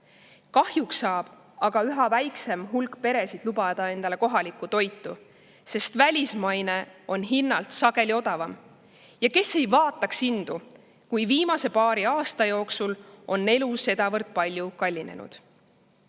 Kahjuks saab aga üha väiksem hulk peresid lubada endale kohalikku toitu, sest välismaine on hinnalt sageli odavam. Ja kes ei vaataks hindu, kui viimase paari aasta jooksul on elu sedavõrd palju kallinenud?